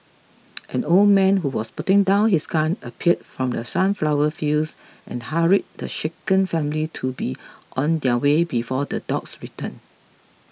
an old man who was putting down his gun appeared from the sunflower fields and hurried the shaken family to be on their way before the dogs return